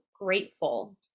grateful